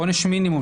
אתה אומר,